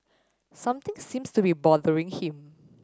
something seems to be bothering him